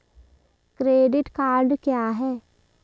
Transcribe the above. Credit card क्या है?